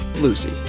Lucy